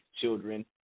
children